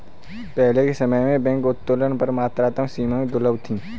पहले के समय में बैंक उत्तोलन पर मात्रात्मक सीमाएं दुर्लभ थीं